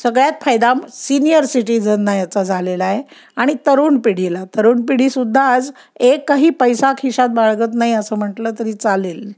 सगळ्यात फायदा सिनियर सिटिझनना याचा झालेला आहे आणि तरुण पिढीला तरुण पिढी सुद्धा आज एकही पैसा खिशात बाळगत नाही असं म्हटलं तरी चालेल